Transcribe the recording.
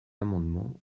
amendements